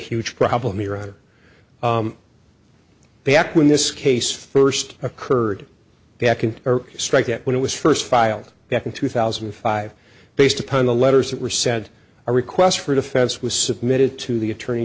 huge problem your honor back when this case first occurred back and strike it when it was first filed back in two thousand and five based upon the letters that were said a request for defense was submitted to the attorney